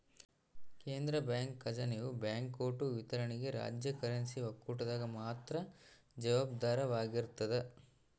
ಕೇಂದ್ರ ಬ್ಯಾಂಕ್ ಖಜಾನೆಯು ಬ್ಯಾಂಕ್ನೋಟು ವಿತರಣೆಗೆ ರಾಜ್ಯ ಕರೆನ್ಸಿ ಒಕ್ಕೂಟದಾಗ ಮಾತ್ರ ಜವಾಬ್ದಾರವಾಗಿರ್ತದ